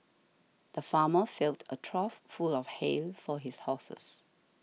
the farmer filled a trough full of hay for his horses